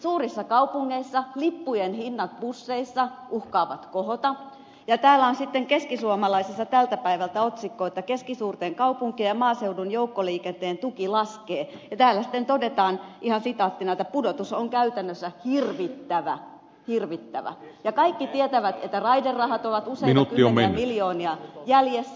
suurissa kaupungeissa lippujen hinnat busseissa uhkaavat kohota ja täällä on sitten keskisuomalaisessa tältä päivältä otsikko että keskisuurten kaupunkien ja maaseudun joukkoliikenteen tuki laskee ja täällä sitten todetaan ihan sitaattina että pudotus on käytännössä hirvittävä hirvittävä ja kaikki tietävät että raiderahat ovat useita kymmeniä miljoonia jäljessä